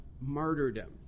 martyrdom